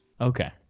Okay